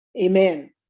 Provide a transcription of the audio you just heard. amen